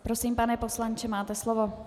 Prosím, pane poslanče, máte slovo.